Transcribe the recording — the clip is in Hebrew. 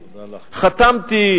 חתמתי,